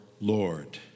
Lord